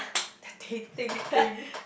that dating thing